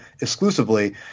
exclusively